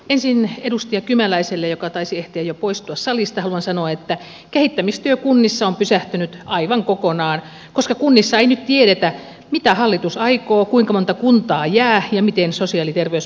ensin edustaja kymäläiselle joka taisi ehtiä jo poistua salista haluan sanoa että kehittämistyö kunnissa on pysähtynyt aivan kokonaan koska kunnissa ei nyt tiedetä mitä hallitus aikoo kuinka monta kuntaa jää ja miten sosiaali ja terveyspalvelut järjestetään